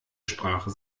sprache